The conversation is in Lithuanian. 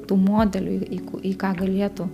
tų modelių į ku į ką galėtų